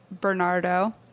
Bernardo